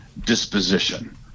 disposition